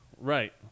Right